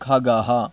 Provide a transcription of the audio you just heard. खगः